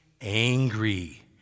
angry